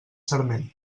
sarment